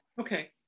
Okay